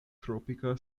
tropika